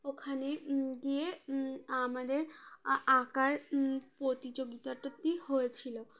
ওখানে গিয়ে আমাদের আঁকার প্রতিযোগিতাটি হয়েছিলো